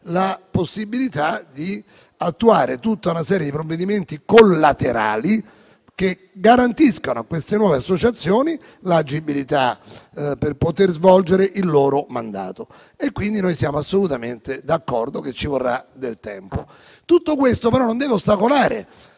la possibilità di attuare tutta una serie di provvedimenti collaterali che garantiscano a queste nuove associazioni l'agibilità per poter svolgere il loro mandato. Quindi, noi siamo assolutamente d'accordo che ci vorrà del tempo; tutto questo però non deve ostacolare